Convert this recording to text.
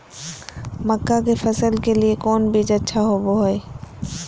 मक्का के फसल के लिए कौन बीज अच्छा होबो हाय?